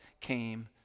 came